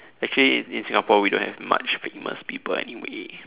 actually in in Singapore we don't have much famous people anyway